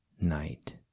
night